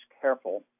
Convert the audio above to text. careful